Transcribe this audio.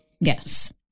Yes